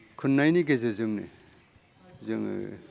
खुन्नायनि गेजेरजोंनो जोङो